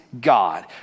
God